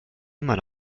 immer